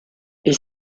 est